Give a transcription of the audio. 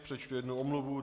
Přečtu jednu omluvu.